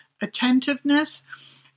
attentiveness